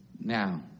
now